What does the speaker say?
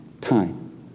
time